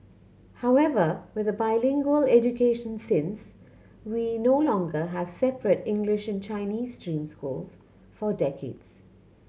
however with a bilingual education since we no longer have separate English and Chinese stream schools for decades